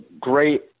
great